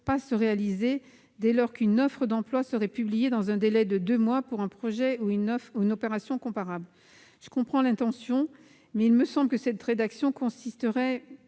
pas se réaliser, dès lors qu'une « offre » d'emploi serait publiée dans un délai de deux mois pour un projet ou une opération « comparable ». J'en comprends l'intention, mais cette rédaction donnerait